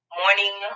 morning